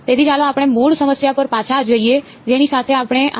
તેથી ચાલો આપણે મૂળ સમસ્યા પર પાછા જઈએ જેની સાથે આપણે આગળ શરૂ કર્યું